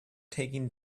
taking